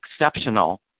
exceptional